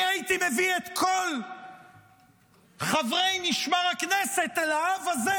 אני הייתי מביא את כל חברי משמר הכנסת אל האב הזה,